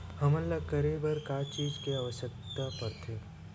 हमन ला करे बर का चीज के आवश्कता परथे?